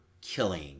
killing